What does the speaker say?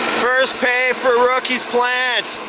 first pay for rookie's plant.